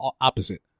opposite